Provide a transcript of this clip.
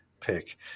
pick